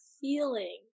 feeling